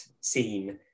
scene